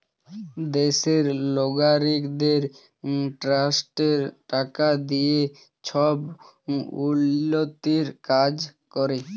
দ্যাশের লগারিকদের ট্যাক্সের টাকা দিঁয়ে ছব উল্ল্যতির কাজ ক্যরে